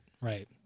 right